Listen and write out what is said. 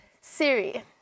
Siri